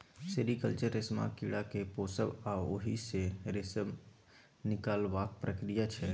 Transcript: sericulture रेशमक कीड़ा केँ पोसब आ ओहि सँ रेशम निकालबाक प्रक्रिया छै